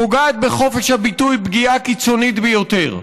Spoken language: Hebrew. פוגעת בחופש הביטוי פגיעה קיצונית ביותר,